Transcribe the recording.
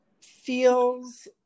feels